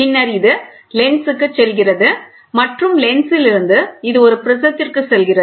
பின்னர் இது லென்ஸுக்குச் செல்கிறது மற்றும் லென்ஸிலிருந்து இது ஒரு ப்ரிஸத்திற்குச் செல்கிறது